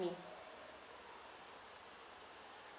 me